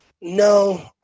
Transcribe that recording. No